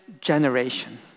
generation